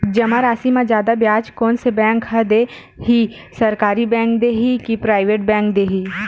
जमा राशि म जादा ब्याज कोन से बैंक ह दे ही, सरकारी बैंक दे हि कि प्राइवेट बैंक देहि?